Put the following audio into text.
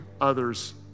others